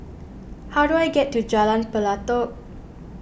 how do I get to Jalan Pelatok